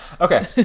okay